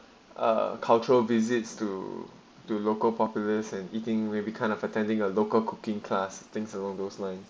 ah cultural visits to the local populace and eating may be kind of attending a local cooking class things along those line